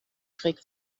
schräg